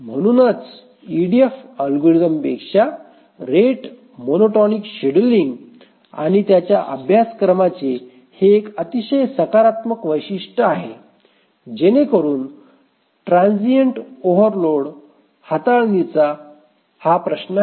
म्हणूनच ईडीएफ अल्गोरिदमपेक्षा rate monotonic scheduling आणि त्याच्या अभ्यासक्रमाचे हे एक अतिशय सकारात्मक वैशिष्ट्य आहे जेणेकरून ट्रान्झिएंट ओव्हर लोड हाताळणीचा प्रश्न आहे